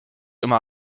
immer